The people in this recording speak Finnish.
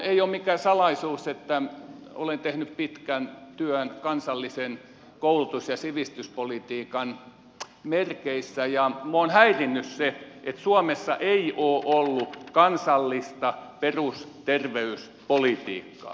ei ole mikään salaisuus että olen tehnyt pitkän työn kansallisen koulutus ja sivistyspolitiikan merkeissä ja minua on häirinnyt se että suomessa ei ole ollut kansallista perusterveyspolitiikkaa